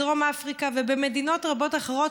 בדרום אפריקה ובמדינות רבות אחרות,